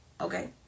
Okay